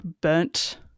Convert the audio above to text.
burnt